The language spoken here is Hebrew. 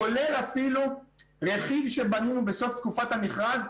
כולל אפילו רכיב שבנו בסוף תקופת המכרז,